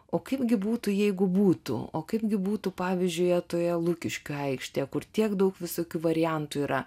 o kaipgi būtų jeigu būtų o kaipgi būtų pavyzdžiui toje lukiškių aikštėje kur tiek daug visokių variantų yra